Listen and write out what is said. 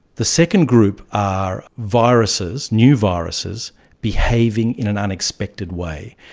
the second group are viruses, new viruses behaving in an unexpected way,